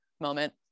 moment